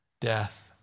death